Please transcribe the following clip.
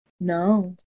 No